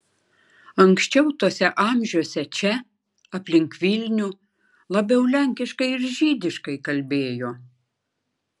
anksčiau tuose amžiuose čia aplink vilnių labiau lenkiškai ir žydiškai kalbėjo